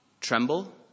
tremble